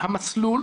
שהמסלול